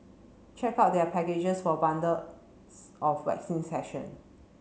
check out their packages for bundles of waxing session